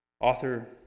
Author